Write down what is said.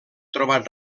trobat